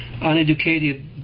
uneducated